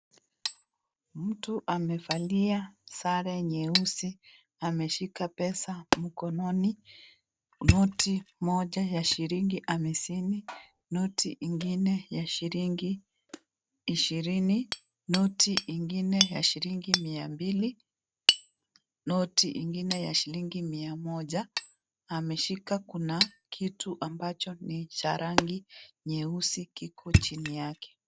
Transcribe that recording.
Mtu amevalia sare nyeusi, ameshika pesa mkononi, noti moja ya shilingi hamisini, noti ingine ya shilingi ishirini, noti ingine ya shilingi mia mbili, noti ingine ya shilingi mia moja ameshika, kuna kitu ambacho ni cha rangi nyeusi kiko chini yake.